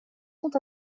sont